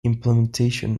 implementation